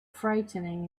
frightening